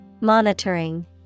Monitoring